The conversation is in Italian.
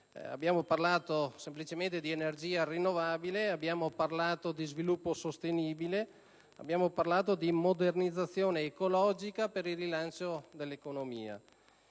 abbiamo parlato semplicemente di energia rinnovabile, di sviluppo sostenibile e di modernizzazione ecologica per il rilancio dell'economia.